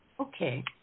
Okay